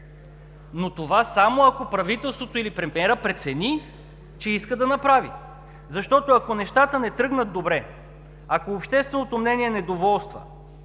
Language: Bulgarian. Но това само, ако правителството или премиерът прецени, че иска да направи, защото, ако нещата не тръгнат добре, ако общественото мнение недоволства